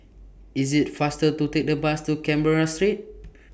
IS IT faster to Take The Bus to Canberra Street